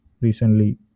recently